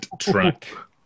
track